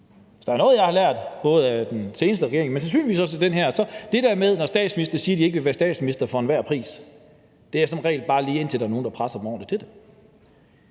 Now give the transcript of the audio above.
der er noget, jeg har lært, både af den seneste regering, men sandsynligvis også vil lære af den her, er det det der med, at når statsministre siger, at de ikke vil være statsminister for enhver pris, er det som regel bare lige, indtil der er nogen, der presser dem til det.